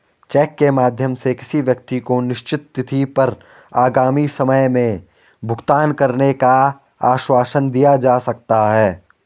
check के माध्यम से किसी व्यक्ति को निश्चित तिथि पर आगामी समय में भुगतान करने का आश्वासन दिया जा सकता है